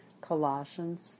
Colossians